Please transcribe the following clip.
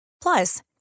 Plus